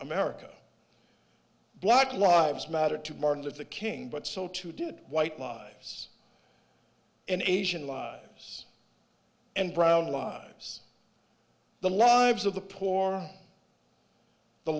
america black lives matter to martin luther king but so too did white lives and asian lives and brown lives the lives of the poor the